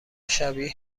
شبیه